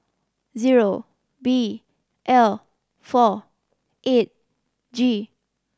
zero B L four eight G